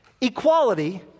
equality